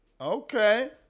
Okay